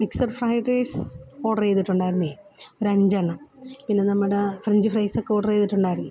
mixed fried rice order ചെയ്തിട്ടുണ്ടായിരുന്നേ ഒരഞ്ചെണ്ണം പിന്നെ നമ്മുടെ ഫ്രഞ്ച് ഫ്രൈസൊക്കെ ഓഡർ ചെയ്തിട്ടുണ്ടായിരുന്നു